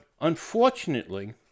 unfortunately